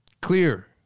Clear